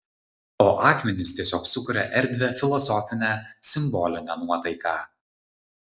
o akmenys tiesiog sukuria erdvią filosofinę simbolinę nuotaiką